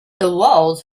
walls